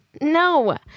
No